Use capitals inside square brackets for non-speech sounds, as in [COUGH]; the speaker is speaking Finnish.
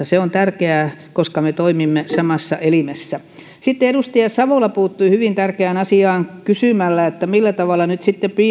[UNINTELLIGIBLE] se on tärkeää koska me toimimme samassa elimessä sitten edustaja savola puuttui hyvin tärkeään asiaan kysymällä millä tavalla nyt sitten